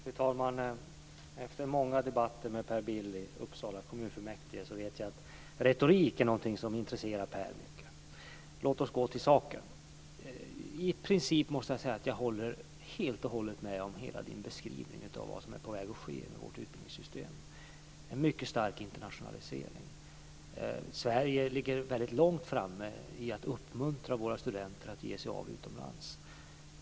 Fru talman! Efter många debatter med Per Bill i Uppsala kommunfullmäktige vet jag att retorik är någonting som intresserar honom mycket. Men låt oss gå till saken. I princip måste jag säga att jag helt och hållet håller med om hela Pers beskrivning av vad som är på väg att ske med vårt utbildningssystem. Det är en mycket stark internationalisering. Sverige ligger långt framme när det gäller att uppmuntra våra studenter att ge sig av utomlands.